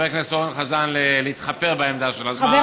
חבר הכנסת אורן חזן להתחפר בעמדה שלו, אז מה?